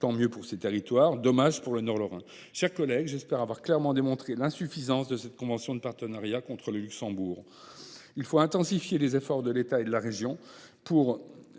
Tant mieux pour les autres, mais dommage pour le Nord lorrain ! Mes chers collègues, j’espère avoir clairement démontré l’insuffisance de cette convention de partenariat avec le Luxembourg. Il faut intensifier les efforts de l’État et de la région pour